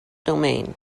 domain